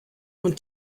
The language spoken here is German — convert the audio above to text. und